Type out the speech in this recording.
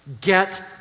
Get